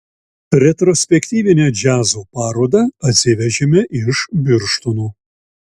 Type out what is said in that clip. retrospektyvinę džiazo parodą atsivežėme iš birštono